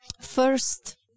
first